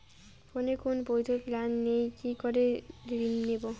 ফোনে কোন বৈধ প্ল্যান নেই কি করে ঋণ নেব?